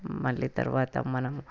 మళ్లీ తర్వాత మనం